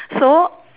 so